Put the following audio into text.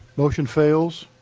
motion fails.